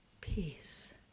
peace